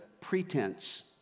pretense